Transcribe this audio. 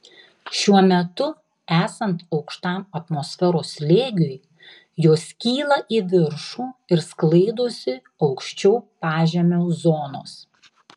šiuo metu esant aukštam atmosferos slėgiui jos kyla į viršų ir sklaidosi aukščiau pažemio zonos